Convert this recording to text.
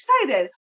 excited